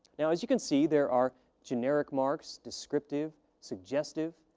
now, as you can see there are generic marks, descriptive, suggestive,